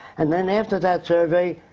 and then, after that survey,